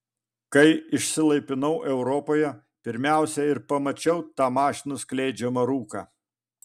kai išsilaipinau europoje pirmiausia ir pamačiau tą mašinų skleidžiamą rūką